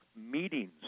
meetings